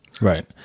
Right